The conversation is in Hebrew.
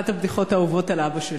אחת הבדיחות האהובות על אבא שלי.